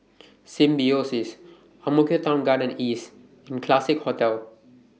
Symbiosis Ang Mo Kio Town Garden East and Classique Hotel